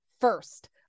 first